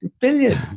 billion